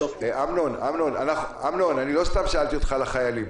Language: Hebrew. אמנון, לא סתם שאלתי אותך על החיילים.